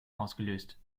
ausgelöst